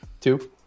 Two